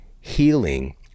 healing